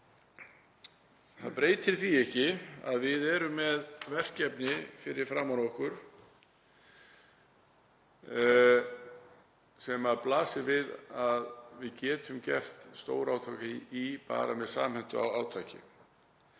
það breytir því ekki að við erum með verkefni fyrir framan okkur sem blasir við að við getum gert stórátak í með samhentu átaki.